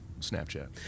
Snapchat